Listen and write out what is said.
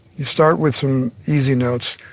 you start with some easy notes.